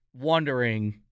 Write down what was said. wondering